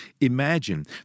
Imagine